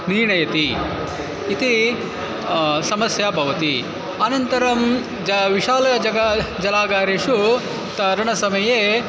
नीणयति इति समस्या भवति अनन्तरं ज विशालं जग जलागारेषु तरणसमये